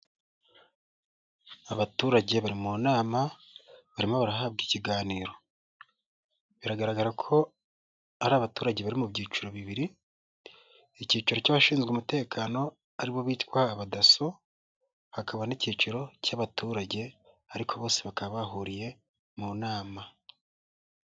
Abaturage bari mu nama barimo barahabwa ikiganiro biragaragara ko ari abaturage bari mu byiciro bibiri, icyiciro cy'abashinzwe umutekano aribo bitwa badaso, hakaba n'icyiciro cy'abaturage ariko bose bakaba bahuriye mu nama.